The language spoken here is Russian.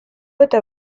это